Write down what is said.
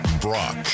Brock